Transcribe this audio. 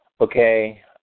Okay